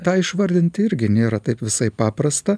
tą išvardinti irgi nėra taip visai paprasta